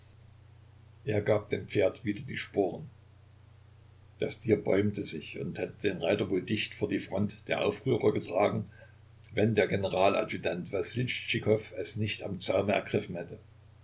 er gab dem pferd wieder die sporen das tier bäumte sich und hätte den reiter wohl dicht vor die front der aufrührer getragen wenn der generaladjutant wassiltschikow es nicht am zaume ergriffen hätte